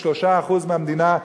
של 3% מהמדינה,